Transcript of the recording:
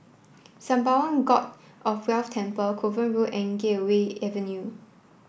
Sembawang God of Wealth Temple Kovan Road and Gateway Avenue